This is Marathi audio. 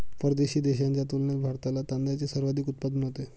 परदेशी देशांच्या तुलनेत भारतात तांदळाचे सर्वाधिक उत्पादन होते